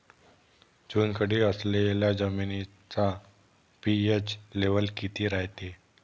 चुनखडी असलेल्या जमिनीचा पी.एच लेव्हल किती रायते?